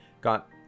got